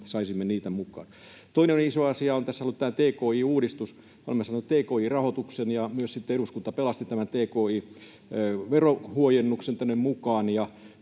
me saisimme niitä mukaan? Toinen iso asia tässä on ollut tki-uudistus. Olemme saaneet rahoituksen, ja eduskunta pelasti myös tki-verohuojennuksen tänne mukaan.